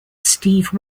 steve